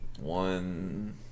One